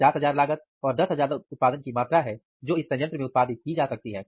50000 लागत और 10000 उत्पादन की मात्रा है जो इस संयंत्र में उत्पादित की जा सकती है